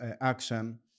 action